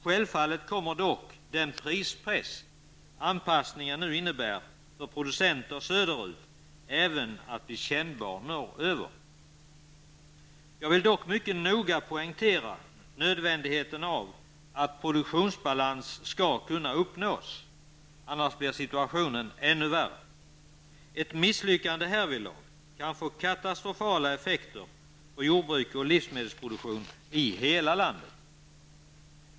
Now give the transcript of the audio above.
Självfallet kommer dock den prispress som anpassningen nu innebär för producenter söderut även att bli kännbar norröver. Jag vill dock mycket noga poängtera nödvändigheten av att produktionsbalans skall kunna uppnås. Annars blir situationen ännu värre. Ett misslyckande härvidlag kan få katastrofala effekter för jordbruk och livsmedelsproduktion i hela landet.